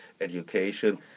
education